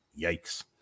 Yikes